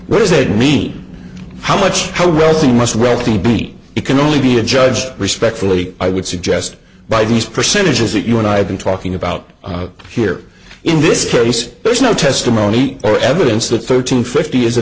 what does it mean how much how wealthy most wealthy beat it can only be a judge respectfully i would suggest by these percentages that you and i have been talking about here in this case there's no testimony or evidence that thirteen fifty is a